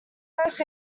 hosts